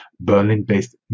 Berlin-based